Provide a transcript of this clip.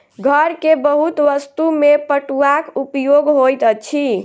घर के बहुत वस्तु में पटुआक उपयोग होइत अछि